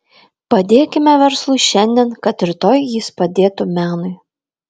padėkime verslui šiandien kad rytoj jis padėtų menui